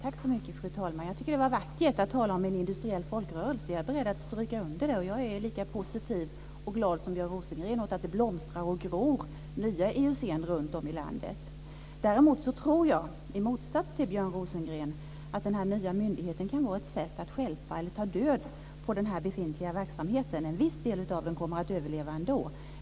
Fru talman! Jag tycker att det var vackert att tala om en industriell folkrörelse. Jag är beredd att stryka under det. Jag är lika positiv och glad som Björn Rosengren åt att det blomstrar och gror nya IUC runtom i landet. Däremot tror jag, i motsats till Björn Rosengren, att den nya myndigheten kan vara ett sätt att stjälpa eller ta död på den befintliga verksamheten. En viss del av den kommer att överleva ändå.